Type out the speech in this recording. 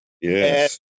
Yes